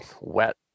wet